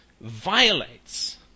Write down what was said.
violates